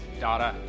data